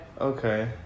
okay